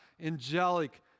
angelic